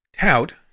tout